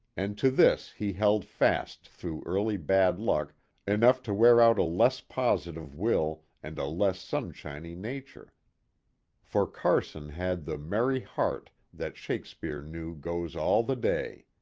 and to this he held fast through early bad luck enough to wear out a less positive will and a less sunshiny nature for carson had the merry heart that shakespeare knew goes all the day.